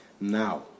now